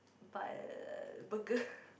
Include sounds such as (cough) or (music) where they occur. buy uh burger (breath)